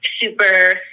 super